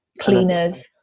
cleaners